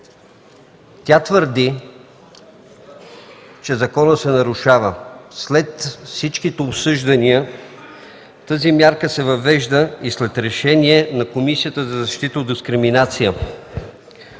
Тя твърди, че законът се нарушава. След всички обсъждания тази мярка се въвежда и след Решение на Комисията за защита от дискриминация,